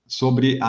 sobre